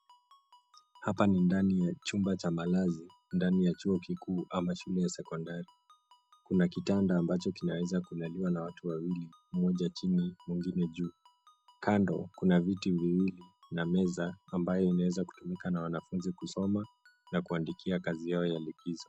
Hapa ni ndani ya chumba cha malazi ndani ya chuo kikuu ama shule ya sekondari. Kuna kitanda ambacho kinaweza kulaliwa na watu wawili, mmoja chini mwingine juu. Kando kuna viti viwili na meza ambayo inaweza kutumika na wanafunzi kusoma na kuandikia kazi yao ya likizo.